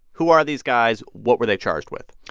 who are these guys? what were they charged with?